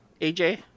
AJ